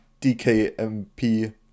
DKMP